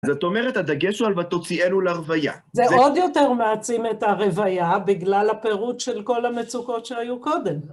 זאת אומרת, הדגש הוא על "ותוציאנו לרוויה". זה עוד יותר מעצים את הרוויה בגלל הפירוט של כל המצוקות שהיו קודם.